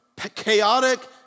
chaotic